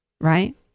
Right